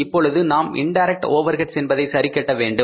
இப்பொழுது நாம் indirect overheads என்பதை சரிகட்ட வேண்டும்